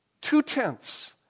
Two-tenths